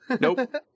nope